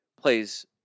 plays